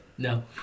No